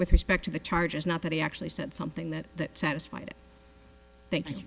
with respect to the charges not that he actually said something that satisfied thank